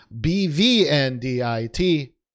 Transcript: b-v-n-d-i-t